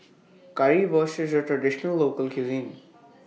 Currywurst IS A Traditional Local Cuisine